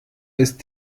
ist